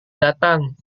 datang